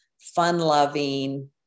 fun-loving